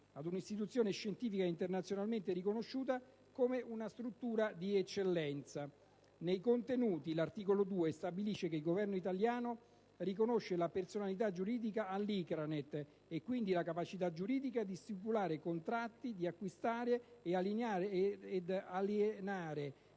ad un'istituzione scientifica internazionalmente riconosciuta come una struttura di eccellenza. Nei contenuti, l'articolo 2 stabilisce che il Governo italiano riconosce la personalità giuridica all'ICRANET, e quindi la capacità giuridica di stipulare contratti, di acquistare ed alienare